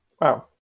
Wow